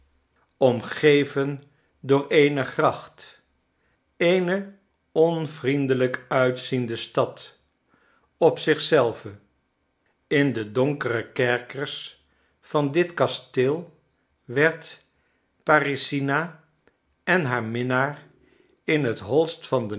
omgeven door eene gracht eene onvriendelrjk uitziende stad op zich zelve in de donkere kerkers van dit kasteel werden parisina en haar minnaar in het holste van den